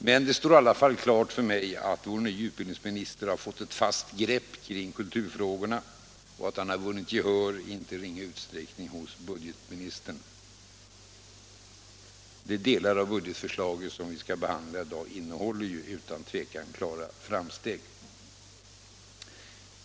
Men det står i alla fall klart för mig att vår nye utbildningsminister har fått ett fast grepp om kulturfrågorna och att han i icke ringa utsträckning har vunnit gehör hos budgetministern. De delar av budgetförslaget som vi skall behandla i dag innebär utan tvivel klara framsteg.